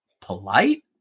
polite